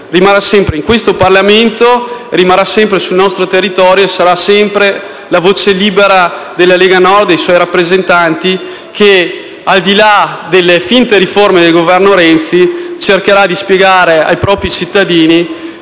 in questo Parlamento e sul nostro territorio, la voce libera della Lega Nord e dei suoi rappresentanti, che, al di là delle finte riforme del Governo Renzi, cercherà di spiegare ai cittadini